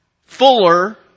fuller